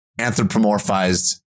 anthropomorphized